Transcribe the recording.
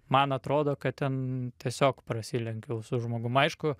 man atrodo kad ten tiesiog prasilenkiau su žmogum aišku